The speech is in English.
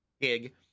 gig